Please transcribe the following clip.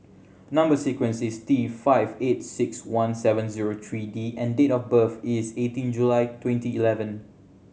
number sequence is T five eight six one seven zero three D and date of birth is eighteen July twenty eleven